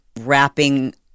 wrapping